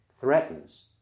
threatens